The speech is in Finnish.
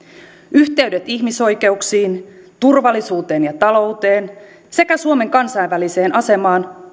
yhteydet ihmisoikeuksiin turvallisuuteen ja talouteen sekä suomen kansainväliseen asemaan